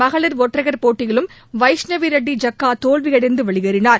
மகளிர் ஒற்றையர் போட்டியிலும் வைஷ்ணவி ரெட்டி ஜக்கா தோல்வியடைந்து வெளியேறினார்